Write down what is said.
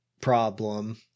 problem